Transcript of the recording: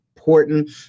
important